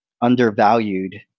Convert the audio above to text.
Undervalued